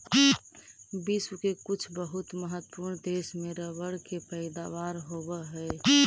विश्व के कुछ बहुत महत्त्वपूर्ण देश में रबर के पैदावार होवऽ हइ